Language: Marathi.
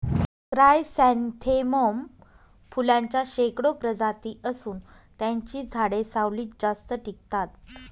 क्रायसॅन्थेमम फुलांच्या शेकडो प्रजाती असून त्यांची झाडे सावलीत जास्त टिकतात